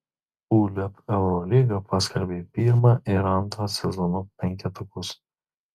uleb eurolyga paskelbė pirmą ir antrą sezono penketukus